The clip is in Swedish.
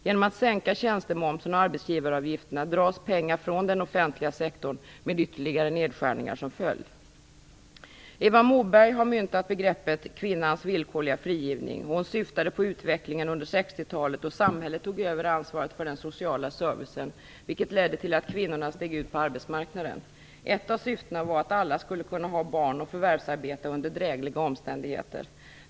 Genom att sänka tjänstemomsen och arbetsgivaravgifterna dras pengar från den offentliga sektorn med ytterligare nedskärningar som följd. Eva Moberg har myntat begreppet "kvinnans villkorliga frigivning". Hon syftade på utvecklingen under 60-talet då samhället tog över ansvaret för den sociala servicen, vilket ledde till att kvinnorna dök upp på arbetsmarknaden. Ett av syftena var att alla skulle kunna ha barn och förvärvsarbeta under drägliga omständigheter.